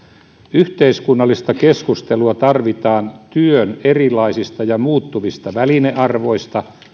yhteiskunnallista keskustelua tarvitaan työn erilaisista ja muuttuvista välinearvoista